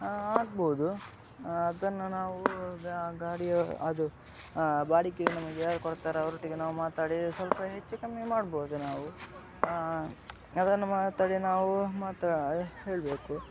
ಆಗ್ಬೋದು ಅದನ್ನು ನಾವು ಗಾಡಿಯ ಅದು ಬಾಡಿಗೆ ನಮಗೆ ಯಾರು ಕೊಡ್ತಾರೆ ಅವರೊಟ್ಟಿಗೆ ನಾವು ಮಾತಾಡಿ ಸ್ವಲ್ಪ ಹೆಚ್ಚು ಕಮ್ಮಿ ಮಾಡ್ಬೋದು ನಾವು ಅದನ್ನು ಮಾತಾಡಿ ನಾವು ಮಾತ್ರ ಹೇಳಬೇಕು